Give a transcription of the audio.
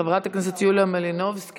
חברת הכנסת יוליה מלינובסקי,